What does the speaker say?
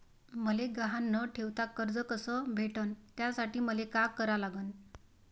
मले गहान न ठेवता कर्ज कस भेटन त्यासाठी मले का करा लागन?